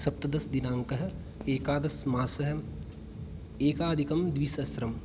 सप्तदशदिनाङ्कः एकादशमासः एकाधिकं द्विसहस्रं